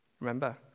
Remember